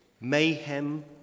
mayhem